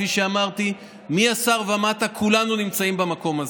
כפי שאמרתי, מהשר ומטה כולנו נמצאים במקום הזה.